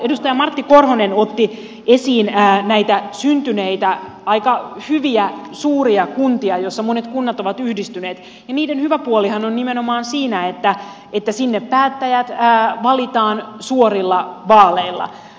edustaja martti korhonen otti esiin näitä syntyneitä aika hyviä suuria kuntia joissa monet kunnat ovat yhdistyneet ja niiden hyvä puolihan on nimenomaan siinä että sinne päättäjät valitaan suorilla vaaleilla